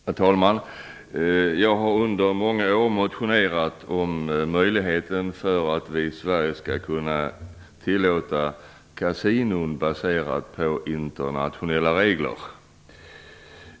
Herr talman! Jag har under många år motionerat för möjligheten att vi i Sverige skall tillåta kasinon baserade på internationella regler.